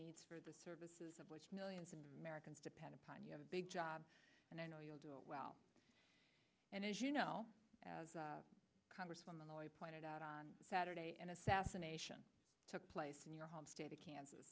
need for the services of which millions of americans depend upon you have a big job and i know you'll do well and as you know as a congresswoman pointed out on saturday an assassination took place in your home state of kansas